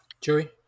Joey